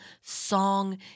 song